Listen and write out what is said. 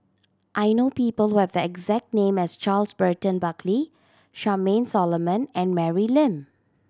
I know people who have the exact name as Charles Burton Buckley Charmaine Solomon and Mary Lim